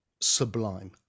sublime